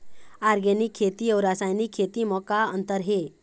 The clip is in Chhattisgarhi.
ऑर्गेनिक खेती अउ रासायनिक खेती म का अंतर हे?